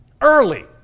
Early